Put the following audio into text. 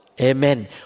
Amen